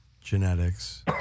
Genetics